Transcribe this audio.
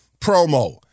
promo